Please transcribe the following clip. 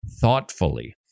thoughtfully